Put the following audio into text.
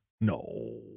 No